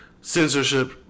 censorship